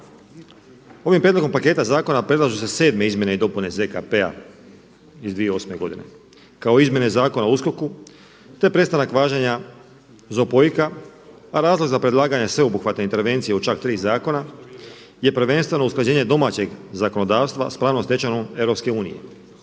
Ovim prijedlogom paketa zakona predlažu se 7. izmjene i dopune ZKP-a iz 2008. godine kao i izmjene Zakona o USKOKU, te prestanak važenja ZPOIK-a a razlog za predlaganje sveobuhvatne intervencije u čak 3 zakona je prvenstveno usklađenje domaćeg zakonodavstva sa pravnom stečevinom EU.